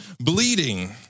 bleeding